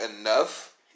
enough